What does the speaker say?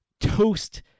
toast